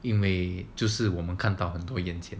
因为就是我们看到很多眼前